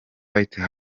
white